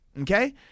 Okay